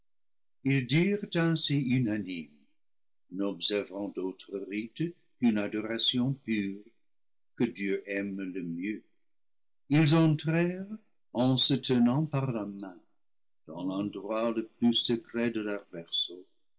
ils dirent ainsi unanimes n'observant d'autres rites qu'une adoration pure que dieu aime le mieux ils entrèrent en se tenant par la main dans l'endroit le plus secret de leur